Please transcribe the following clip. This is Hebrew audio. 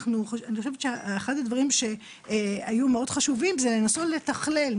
אני חושבת שאחד הדברים שהיו מאוד חשובים זה לנסות לתכלל,